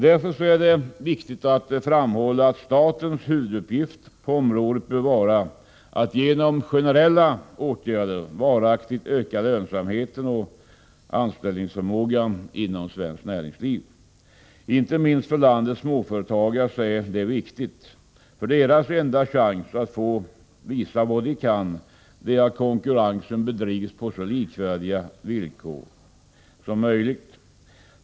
Därför är det viktigt att framhålla att statens huvuduppgift på området bör vara att genom generella åtgärder varaktigt öka lönsamheten och anställningsförmågan inom svenskt näringsliv. Inte minst för landets småföretagare är detta viktigt. Deras enda chans att få visa vad de kan är att konkurrensen bedrivs på så likvärdiga villkor som möjligt.